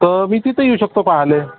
तर मी तिथे येऊ शकतो पाहायला